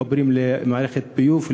חיבורים למערכת הביוב,